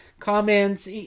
comments